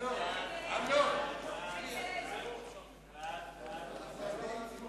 ההצעה להעביר את הצעת חוק הפיקוח על שירותים פיננסיים